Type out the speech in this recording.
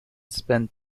spent